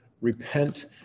Repent